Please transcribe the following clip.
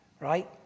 right